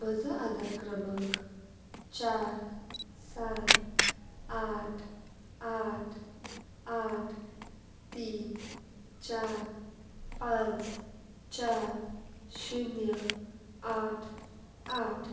म्हजो आदार क्रमांक चार सात आठ आठ आठ आठ तीन चार पांच चार शुन्य आठ आठ